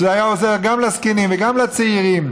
שזה היה עוזר גם לזקנים וגם לצעירים,